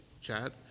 Chad